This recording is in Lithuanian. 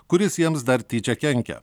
kuris jiems dar tyčia kenkia